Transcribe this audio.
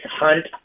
hunt